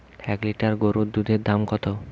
এক লিটার গোরুর দুধের দাম কত?